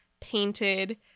painted